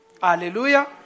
Hallelujah